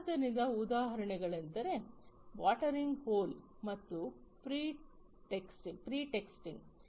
ಆದ್ದರಿಂದ ಉದಾಹರಣೆಗಳೆಂದರೆ watering hole ಮತ್ತು ಪ್ರೀ ಟೆಕ್ಸ್ಟಿಂಗ್